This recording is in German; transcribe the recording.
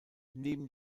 neben